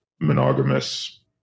monogamous